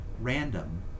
random